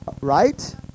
Right